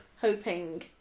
Hoping